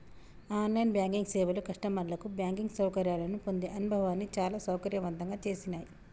on line banking సేవలు కస్టమర్లకు banking సౌకర్యాలను పొందే అనుభవాన్ని చాలా సౌకర్యవంతంగా చేసినాయ్